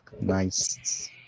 Nice